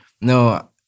No